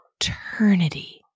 eternity